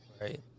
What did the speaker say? right